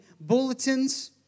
bulletins